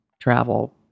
travel